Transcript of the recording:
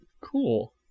cool